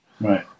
Right